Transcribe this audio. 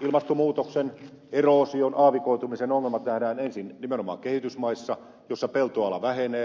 ilmastonmuutoksen eroosion aavikoitumisen ongelmat nähdään ensin nimenomaan kehitysmaissa joissa peltoala vähenee